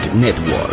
Network